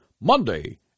Monday